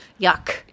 Yuck